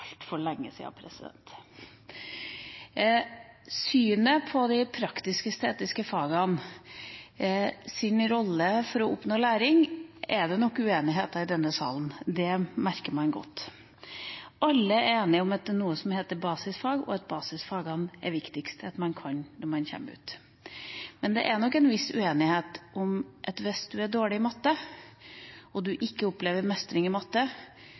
altfor lenge siden! Synet på rollen til de praktisk-estetiske fagene for å oppnå læring er det nok uenighet om i denne salen. Det merker man godt. Alle er enige om at det er noe som heter basisfag, og at det viktigste er at man kan basisfagene når man kommer ut. Men det er nok en viss uenighet om at hvis en er dårlig i matte og ikke opplever mestring i matte,